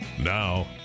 Now